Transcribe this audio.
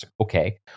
Okay